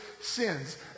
sins